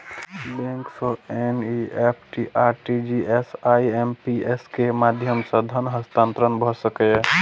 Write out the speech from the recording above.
bank सं NEFT, RTGS, IMPS के माध्यम सं धन हस्तांतरण भए सकैए